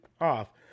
off